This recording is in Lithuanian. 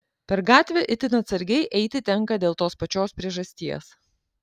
per gatvę itin atsargiai eiti tenka dėl tos pačios priežasties